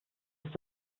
ist